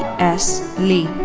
s li.